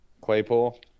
Claypool